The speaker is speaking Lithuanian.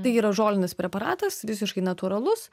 tai yra žolinis preparatas visiškai natūralus